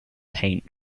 paint